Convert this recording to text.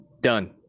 Done